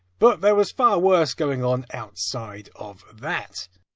but there was far worse going on outside of that.